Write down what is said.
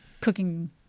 cooking